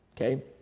Okay